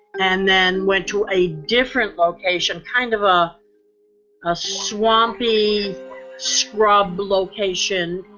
and then went to a different location, kind of ah a swampy shrub location.